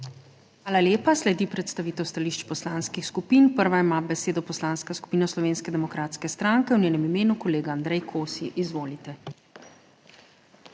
Hvala lepa. Sledi predstavitev stališč poslanskih skupin. Prva ima besedo Poslanska skupina Slovenske demokratske stranke, v njenem imenu kolega Andrej Kosi. Izvolite.